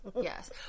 yes